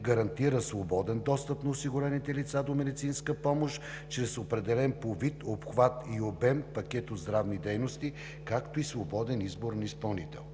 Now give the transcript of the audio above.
гарантира свободен достъп на осигурените лица до медицинска помощ чрез определен по вид, обхват и обем пакет от здравни дейности, както и свободен избор на изпълнител.